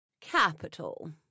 Capital